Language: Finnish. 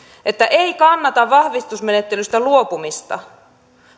että ei kannata vahvistusmenettelystä luopumista